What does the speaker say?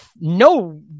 no